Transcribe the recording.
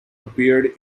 appeared